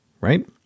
right